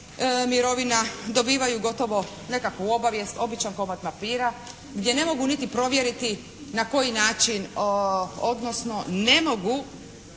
mirovina dobivaju gotovo nekakvu obavijest običan komad papira gdje ne mogu niti provjeriti na koji način odnosno ne mogu